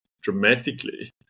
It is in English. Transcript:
dramatically